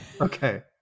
Okay